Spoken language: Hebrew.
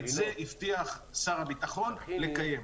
את זה הבטיח שר הביטחון לקיים.